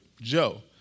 Joe